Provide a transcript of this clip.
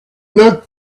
looked